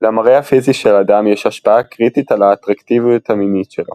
למראה הפיזי של אדם יש השפעה קריטית על האטרקטיביות המינית שלו.